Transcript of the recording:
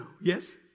Yes